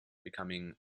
becoming